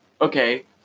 okay